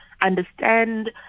Understand